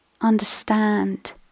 understand